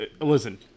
Listen